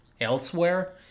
elsewhere